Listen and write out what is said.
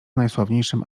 najsławniejszym